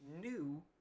new